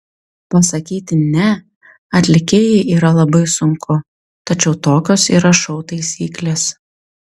pasakyti ne atlikėjai yra labai sunku tačiau tokios yra šou taisyklės